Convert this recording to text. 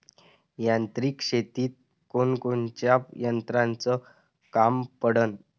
यांत्रिक शेतीत कोनकोनच्या यंत्राचं काम पडन?